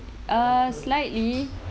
uh slightly